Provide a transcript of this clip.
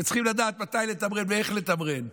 וצריכים לדעת מתי לתמרן ואיך לתמרן.